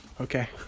okay